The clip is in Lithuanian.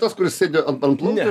tas kuris sėdi ant ant plundarų